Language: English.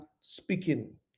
speaking